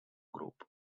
group